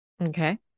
Okay